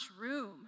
room